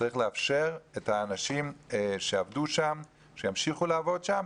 צריך לאפשר לאנשים שעבדו שם שימשיכו לעבוד שם.